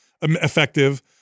effective